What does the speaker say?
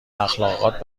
اخالقات